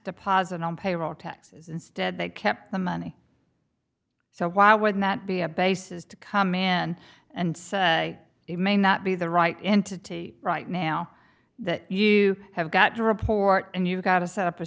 deposit on payroll taxes instead they kept the money so why would that be a basis to come in and say it may not be the right entity right now that you have got to report and you've got a set up